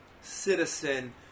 citizen